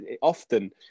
often